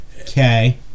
Okay